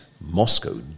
Moscow